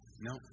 No